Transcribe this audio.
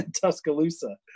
Tuscaloosa